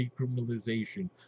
decriminalization